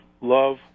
love